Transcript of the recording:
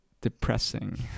depressing